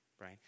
right